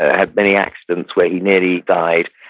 had many accidents where he nearly died,